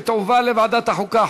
ותועבר לוועדת החוקה,